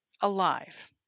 alive